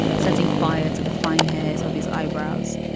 setting fire to the fine hairs of his eyebrows,